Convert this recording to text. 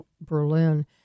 Berlin